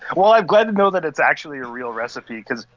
well, i'm glad to know that it's actually a real recipe cause,